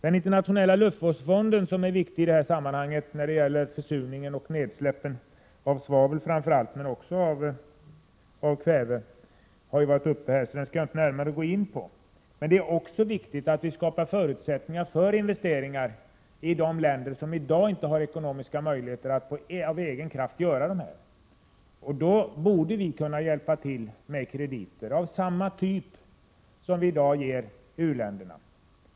Den internationella luftvårdsfonden, som är viktig när det gäller åtgärder mot försurning och nedsläpp av framför allt svavel men också kväve, har varit uppe här, så den skall inte jag närmare gå in på. Det är emellertid också viktigt att skapa förutsättningar för miljöinvesteringar i de länder som i dag inte har ekonomiska möjligheter att av egen kraft göra dem. Då borde vi kunna hjälpa till med krediter av samma typ som vi i dag ger till u-länderna.